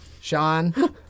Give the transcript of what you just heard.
Sean